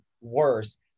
worse